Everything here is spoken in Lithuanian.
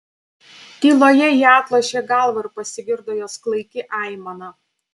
tyloje ji atlošė galvą ir pasigirdo jos klaiki aimana